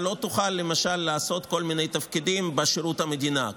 אתה לא תוכל לעשות כל מיני תפקידים בשירות המדינה,